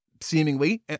seemingly